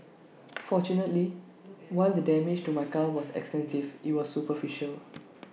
fortunately while the damage to my car was extensive IT was superficial